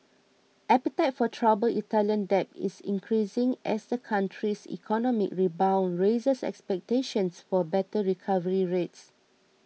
appetite for troubled Italian debt is increasing as the country's economic rebound raises expectations for better recovery rates